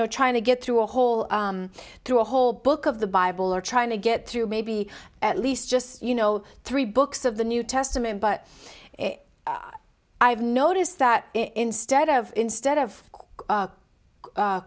know trying to get through a hole through a whole book of the bible or trying to get through maybe at least just you know three books of the new testament but i've noticed that instead of instead of